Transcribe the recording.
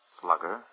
slugger